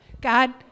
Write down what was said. God